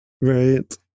Right